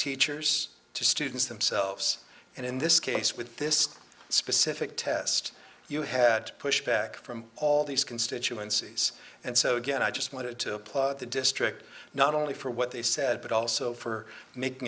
teachers to students themselves and in this case with this specific test you had to push back from all these constituencies and so again i just want to applaud the district not only for what they said but also for making